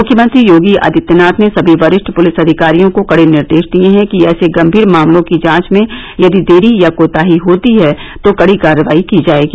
मुख्यमंत्री योगी आदित्यनाथ ने सभी वरिष्ठ पुलिस अधिकारियों को कड़े निर्देश दिए हैं कि ऐसे गम्मीर मामलों की जांच में यदि देरी या कोताही होती है तो कड़ी कार्रवाई की जाएगी